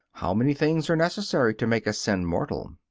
how many things are necessary to make a sin mortal?